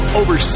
over